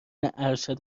ارشد